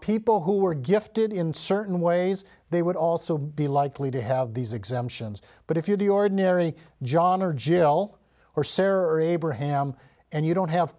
people who are gifted in certain ways they would also be likely to have these exemptions but if you're the ordinary john or jill or sarah abraham and you don't have